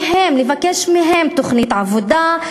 לבקש מהם תוכנית עבודה,